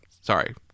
Sorry